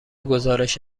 گزارش